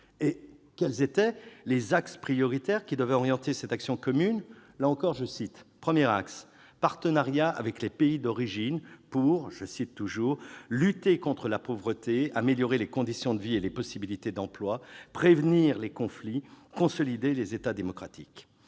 Et quels étaient les axes prioritaires qui devaient orienter cette action commune ? Le premier axe était le partenariat avec les pays d'origine pour « lutter contre la pauvreté, améliorer les conditions de vie et les possibilités d'emploi, prévenir les conflits, consolider les États démocratiques